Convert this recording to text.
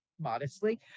modestly